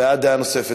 הבעת דעה נוספת,